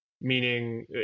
meaning